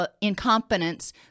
incompetence